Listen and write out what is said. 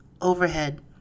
overhead